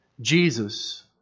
Jesus